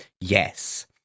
Yes